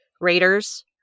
Raiders